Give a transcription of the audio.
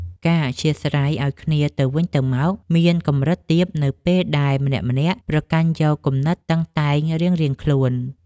ការអធ្យាស្រ័យឱ្យគ្នាទៅវិញទៅមកមានកម្រិតទាបនៅពេលដែលម្នាក់ៗប្រកាន់យកចិត្តគំនិតតឹងតែងរៀងៗខ្លួន។